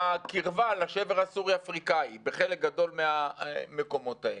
הקרבה לשבר הסורי-אפריקאי בחלק גדול מהמקומות האלה.